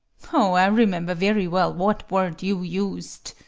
oh, i remember very well what word you used.